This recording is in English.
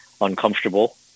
uncomfortable